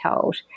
told